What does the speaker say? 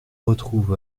retrouve